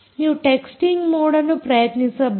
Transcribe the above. ನೀವು texting mode ಅನ್ನು ಪ್ರಯತ್ನಿಸಬಹುದು